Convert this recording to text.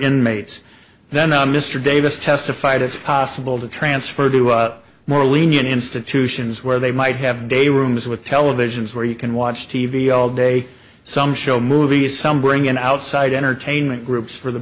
inmates then on mr davis testified it's possible to transfer to a more lenient institutions where they might have day rooms with televisions where you can watch t v all day some show movies some bring in outside entertainment groups for the